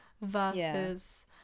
Versus